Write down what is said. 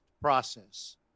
process